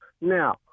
Now